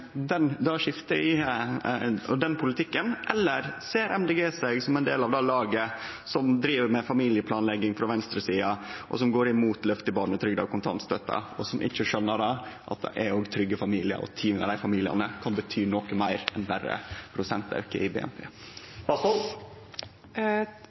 den politikken, eller ser Miljøpartiet Dei Grøne seg som ein del av det laget frå venstresida som driv med familieplanlegging, og som går imot løftet i barnetrygda og kontantstøtta – og som ikkje skjønar at det å tryggje familiane og ha tid med dei kan bety noko meir enn berre prosentauke i BNP?